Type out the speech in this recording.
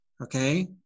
okay